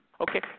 Okay